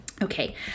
Okay